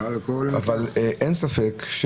אבל אין ספק,